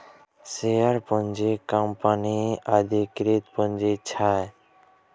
share पूँजी कंपनीक अधिकृत पुंजी छै